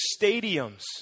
stadiums